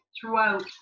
throughout